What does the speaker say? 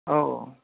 औ औ